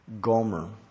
Gomer